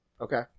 Okay